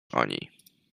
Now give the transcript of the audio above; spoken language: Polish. oni